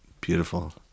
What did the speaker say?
beautiful